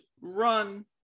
run